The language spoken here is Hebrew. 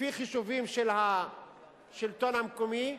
לפי חישובים של השלטון המקומי,